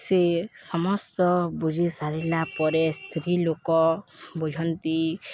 ସେ ସମସ୍ତ ବୁଝି ସାରିଲା ପରେ ସ୍ତ୍ରୀ ଲୋକ ବୁଝନ୍ତି